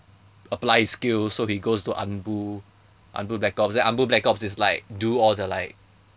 apply his skills so he goes to anbu anbu black ops then anbu black ops is like do all the like